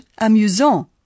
amusant